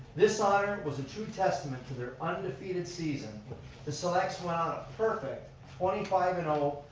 this iron was a true testament to their undefeated season the selects went on a perfect twenty five and,